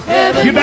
Heaven